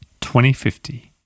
2050